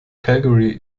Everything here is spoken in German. calgary